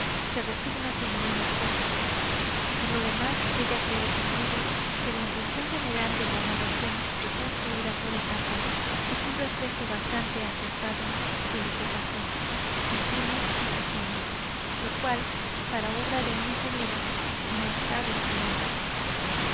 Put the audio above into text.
se resigna como buena esposa por lo demás ella cree conmigo que la impresión general de la narración reconstruída por etapas es un reflejo bastante acertado de lo que pasó sentimos y sufrimos lo cual para obra de un ingeniero no está del todo mal